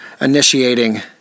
initiating